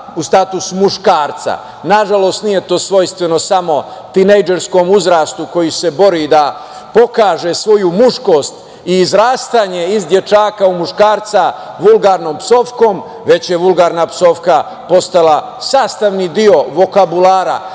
u status muškarca. Na žalost, nije to svojstveno samo tinejdžerskom uzrastu koji se bori da pokaže svoju muškost i izrastanje iz dečaka u muškarca vulgarnom psovkom, već je vulgarna psovka postala sastavni deo vokabulara